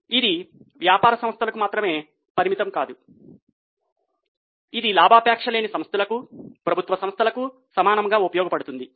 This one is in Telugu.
ఇది వ్యాపార సంస్థలకు మాత్రమే పరిమితం కాదు ఇది లాభాపేక్షలేని సంస్థలకు ప్రభుత్వ సంస్థలకు సమానంగా ఉపయోగపడుతుంది